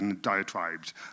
diatribes